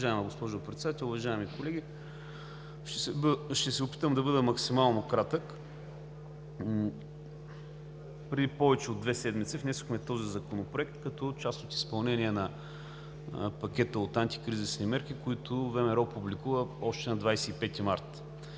Уважаема госпожо Председател, уважаеми колеги! Ще се опитам да бъда максимално кратък. Преди повече от две седмици внесохме този законопроект като част от изпълнение на пакета от антикризисни мерки, които ВМРО публикува още на 25 март.